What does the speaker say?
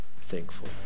thankful